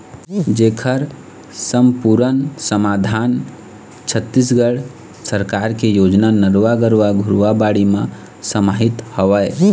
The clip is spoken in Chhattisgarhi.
जेखर समपुरन समाधान छत्तीसगढ़ सरकार के योजना नरूवा, गरूवा, घुरूवा, बाड़ी म समाहित हवय